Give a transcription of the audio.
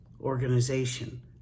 organization